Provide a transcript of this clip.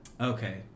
Okay